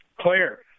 clear